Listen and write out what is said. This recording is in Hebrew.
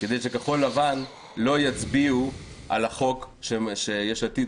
כדי שכחול לבן לא יצביעו על החוק שיש עתיד